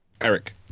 Eric